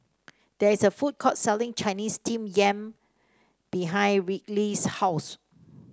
there is a food court selling Chinese Steamed Yam behind Ryleigh's house